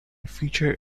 feature